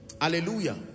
Hallelujah